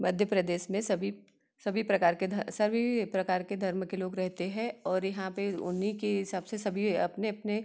मध्य प्रदेश में सभी सभी प्रकार धर सभी प्रकार के धर्म के लोग रहते हैं और यहाँ पर उन्हीं के हिसाब से सभी अपने अपने